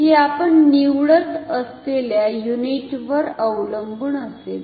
हे आपण निवडत असलेल्या युनिटवर अवलंबून असेल